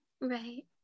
right